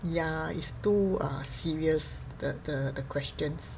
ya it's too err serious the the the questions